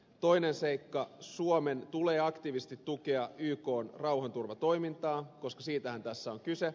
toinen seikka suomen tulee aktiivisesti tukea ykn rauhanturvatoimintaa koska siitähän tässä on kyse